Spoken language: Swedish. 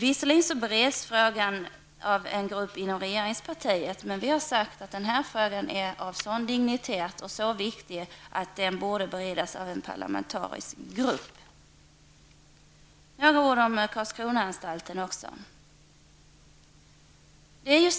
Visserligen bereds frågan av en grupp inom regeringspartiet, men vi anser att den här frågan är av sådan dignitet och så viktig att den bör beredas av en parlamentarisk grupp. Så några ord om Karlskronaanstalten. I